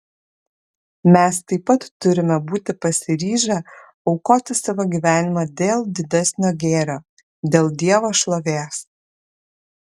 mes taip pat turime būti pasiryžę aukoti savo gyvenimą dėl didesnio gėrio dėl dievo šlovės